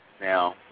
Now